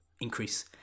increase